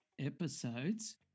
episodes